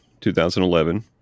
2011